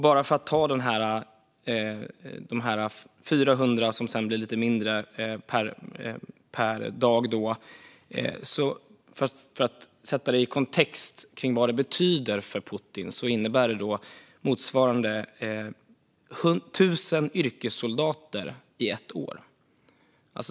Bara för att ta dessa 400 miljoner, som sedan blir lite mindre per dag, och sätta dem i kontext kring vad det betyder för Putin: Det innebär motsvarande 1 000 yrkessoldater i ett år.